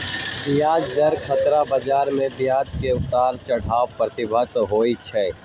ब्याज दर खतरा बजार में ब्याज के उतार चढ़ाव प्रभावित होइ छइ